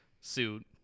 suit